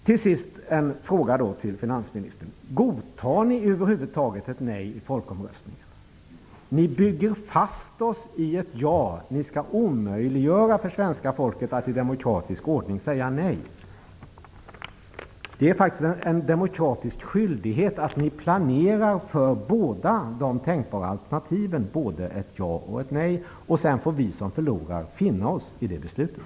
Till sist en fråga till finansministern: Godtar ni över huvud taget ett nej i folkomröstningen? Ni bygger fast oss i ett ja. Ni skall ju omöjliggöra för svenska folket att i demokratisk ordning säga nej. Men det är faktiskt en demokratisk skyldighet att ni planerar för de båda tänkbara alternativen, dvs. för både ett ja och ett nej. Sedan får de av oss som förlorar finna sig i beslutet.